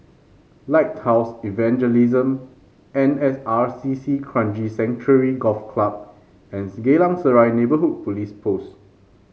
Lighthouse Evangelism N S R C C Kranji Sanctuary Golf Club and the Geylang Serai Neighbourhood Police Post